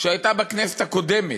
שהיה בכנסת הקודמת,